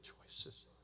choices